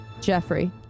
Jeffrey